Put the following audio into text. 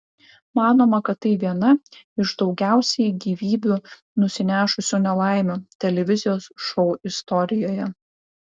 manoma kad tai viena iš daugiausiai gyvybių nusinešusių nelaimių televizijos šou istorijoje